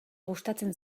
gustatzen